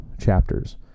chapters